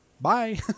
bye